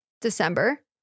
December